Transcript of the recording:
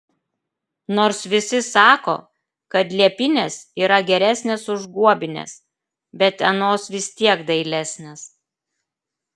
nors visi sako kad liepinės yra geresnės už guobines bet anos vis tiek dailesnės